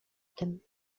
tym